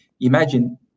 Imagine